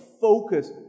focus